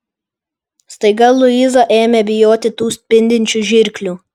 staiga luiza ėmė bijoti tų spindinčių žirklių